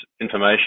information